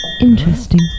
interesting